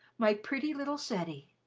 my pretty little ceddie!